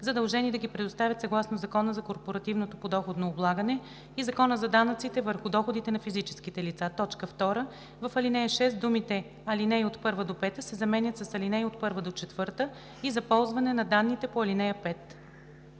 задължени да ги предоставят съгласно Закона за корпоративното подоходно облагане и Закона за данъците върху доходите на физическите лица.“ 2. В ал. 6 думите „ал. 1 – 5“ се заменят с „ал. 1 – 4 и за ползване на данните по ал.